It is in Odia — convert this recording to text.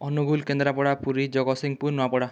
ଅନୁଗୁଳ କେନ୍ଦ୍ରାପଡ଼ା ପୁରୀ ଜଗତସିଂହପୁର ନୂଆପଡ଼ା